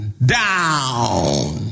Down